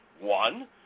One